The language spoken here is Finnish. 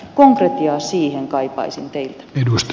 konkretiaa siihen kaipaisin teiltä edusti